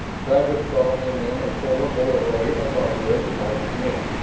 travis saw in them a formidable array of barbaric fighting men,